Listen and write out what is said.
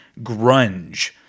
grunge